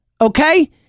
Okay